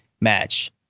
match